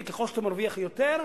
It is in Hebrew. ככל שאתה מרוויח יותר,